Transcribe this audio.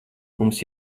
mums